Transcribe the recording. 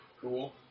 cool